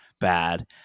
bad